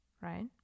right